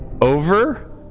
over